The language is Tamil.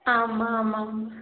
ஆமாம் ஆமாம்ங்க மேம்